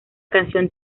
canción